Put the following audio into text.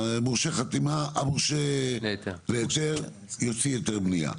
מורשה להיתר יוצא היתר בניה.